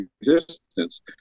existence